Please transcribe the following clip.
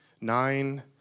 nine